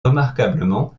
remarquablement